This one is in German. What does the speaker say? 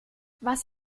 was